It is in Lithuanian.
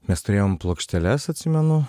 mes turėjom plokšteles atsimenu